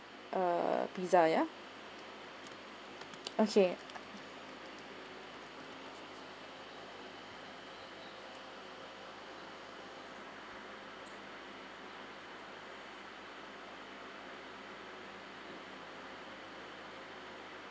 ah pizza ya okay